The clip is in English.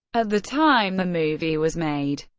at the time the movie was made,